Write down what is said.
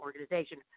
organization